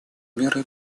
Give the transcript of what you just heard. мерой